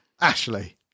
Ashley